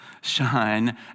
shine